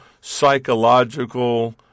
psychological